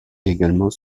également